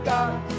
God